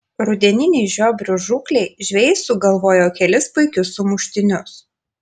rudeninei žiobrių žūklei žvejai sugalvojo kelis puikius sumuštinius